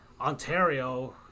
ontario